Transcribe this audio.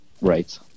Right